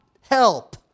help